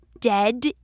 dead